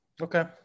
Okay